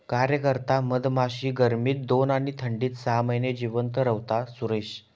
कार्यकर्ता मधमाशी गर्मीत दोन आणि थंडीत सहा महिने जिवंत रव्हता, सुरेश